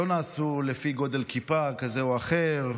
לא נעשו לפי גודל כיפה כזה או אחר,